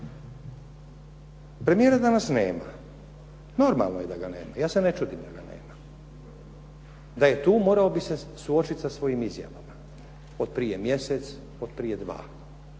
Premijera danas nema. Normalno je da ga nema. Ja se ne čudim da ga nema. Da je tu morao bi se suočiti sa svojim izjavama od prije mjesec, od prije dva.